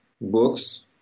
books